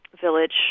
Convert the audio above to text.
village